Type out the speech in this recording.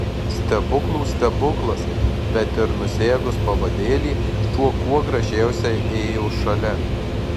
stebuklų stebuklas bet ir nusegus pavadėlį šuo kuo gražiausiai ėjo šalia